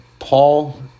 Paul